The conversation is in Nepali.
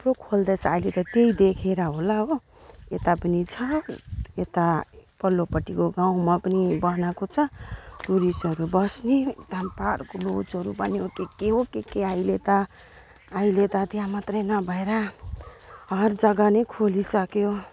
थुप्रो खोल्दैछ अहिले त त्यही देखेर होला हो यता पनि छ यता पल्लोपट्टिको गाउँमा पनि बनाएको छ टुरिस्टहरू बस्ने यता पार्क लजहरू बन्यो के के हो के के अहिले त अहिले त त्यहाँ मात्र नभएर हर जगा नै खोलिसक्यो